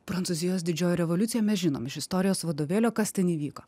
prancūzijos didžioji revoliucija mes žinom iš istorijos vadovėlio kas ten įvyko